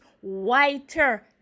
whiter